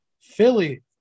Philly